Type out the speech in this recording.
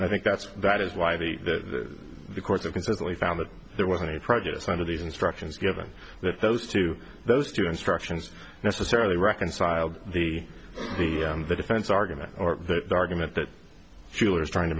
and i think that's that is why the course of consistently found that there was any prejudice under these instructions given that those two those two instructions necessarily reconciled the the the defense argument or the argument that she was trying to